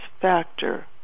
factor